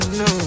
no